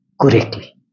correctly